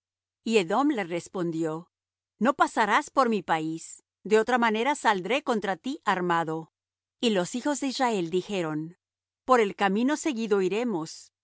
y edom le respondió no pasarás por mi país de otra manera saldré contra ti armado y los hijos de israel dijeron por el camino seguido iremos